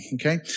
okay